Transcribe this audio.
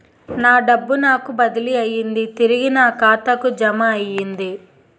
నా డబ్బు నాకు బదిలీ అయ్యింది తిరిగి నా ఖాతాకు జమయ్యింది